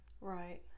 right